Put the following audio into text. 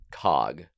Cog